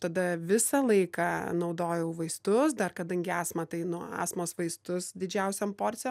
tada visą laiką naudojau vaistus dar kadangi astma tai nuo astmos vaistus didžiausiom porcijom